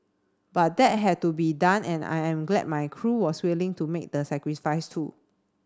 but that had to be done and I'm glad my crew was willing to make the sacrifice too